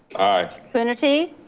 aye. coonerty.